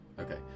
Okay